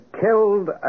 killed